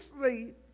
sleep